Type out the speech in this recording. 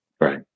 Right